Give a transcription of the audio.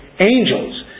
angels